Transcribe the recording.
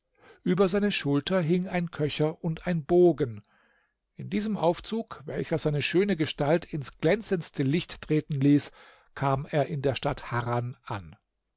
über seine schulter hing ein köcher und ein bogen in diesem aufzug welcher seine schöne gestalt ins glänzendste licht treten ließ kam er in der stadt harran an